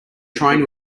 trying